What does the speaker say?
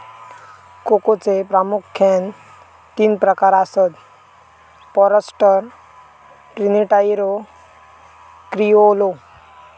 कोकोचे प्रामुख्यान तीन प्रकार आसत, फॉरस्टर, ट्रिनिटारियो, क्रिओलो